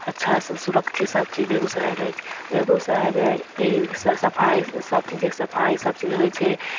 अच्छासँ सुरक्षित सबचीज बेगूसरायके बेगूसरायमे ई सफाइ सबचीज के सफाइ सबचीज होइ छै